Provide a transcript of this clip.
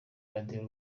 radiyo